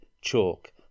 chalk